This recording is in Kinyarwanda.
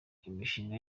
imishinga